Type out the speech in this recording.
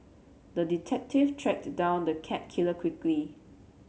the detective tracked down the cat killer quickly